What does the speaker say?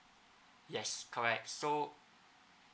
yes correct so